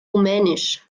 rumänisch